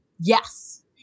Yes